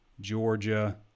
Georgia